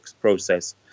process